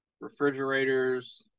refrigerators